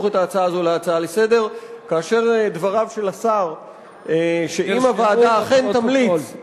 תחזור לוועדה, ואם יגידו לך שרוצים לתקן,